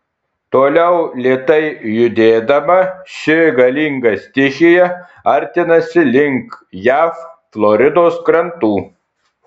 toliau lėtai judėdama ši galinga stichija artinasi link jav floridos krantų